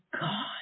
God